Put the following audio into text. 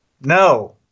No